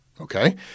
Okay